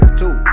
two